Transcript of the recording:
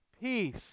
peace